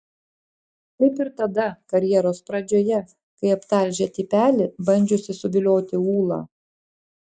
kaip ir tada karjeros pradžioje kai aptalžė tipelį bandžiusį suvilioti ūlą